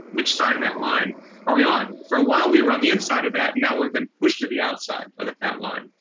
which side of that line are we on? for a while we were on the inside of that. now we've been pushed to the outside of that line.